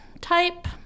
type